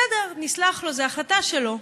בסדר, נסלח לו, זו החלטה שלו.